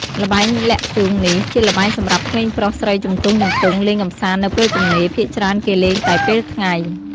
ល្បែងលាក់ធ្យូងនេះ ជាល្បែងសម្រាប់ក្មេងប្រុសស្រីជំទង់ៗលេងកំសាន្តនៅពេលទំនេរ ភាគច្រើនគេលេងតែពេលថ្ងៃ។